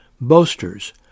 Boasters